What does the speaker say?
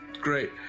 great